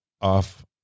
off